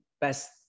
best